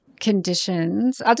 conditions